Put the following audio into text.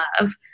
love